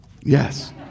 yes